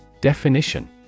Definition